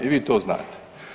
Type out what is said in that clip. I vi to znate.